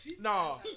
No